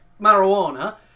marijuana